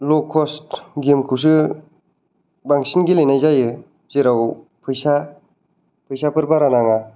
ल' कस्ट गेमखौसो बांसिन गेलेनाय जायो जेराव फैसा फैसाफोर बारा नाङा